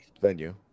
venue